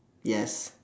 yes